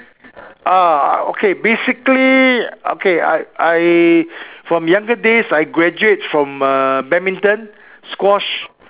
ah okay basically okay I I from younger days I graduate from uh badminton squash